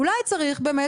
אולי צריך באמת,